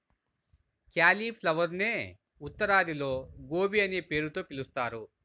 క్యాలిఫ్లవరునే ఉత్తరాదిలో గోబీ అనే పేరుతో పిలుస్తారు